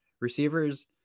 Receivers